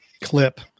clip